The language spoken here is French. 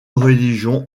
religion